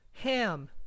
Ham